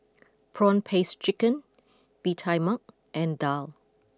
Prawn Paste Chicken Bee Tai Mak and Daal